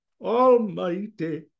almighty